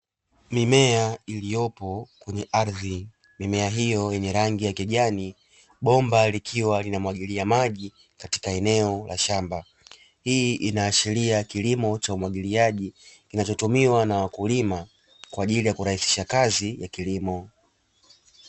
Mimea iliyopo kwenye ardhi, mimea hiyo yenye rangi ya kijani bomba likiwa linamwagilia maji katika eneo la shamba hii inaashiria kilimo cha umwagiliaji kinachotumiwa na wakulima kwa ajili ya kurahisisha kazi ya kilimo.